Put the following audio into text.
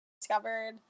discovered